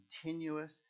continuous